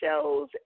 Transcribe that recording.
shows